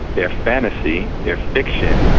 they're fantasy. they're fiction.